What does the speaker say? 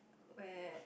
where